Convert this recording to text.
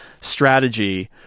strategy